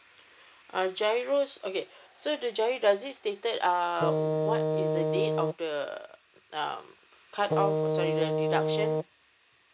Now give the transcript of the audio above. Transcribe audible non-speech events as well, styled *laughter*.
uh G_I_R_O okay so the G_I_R_O does it stated err *noise* what is the date of uh um *noise* cut off mm sorry the deduction